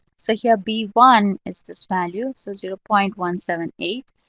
so here b one is this value, so zero point one seven eight.